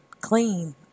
clean